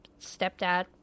stepdad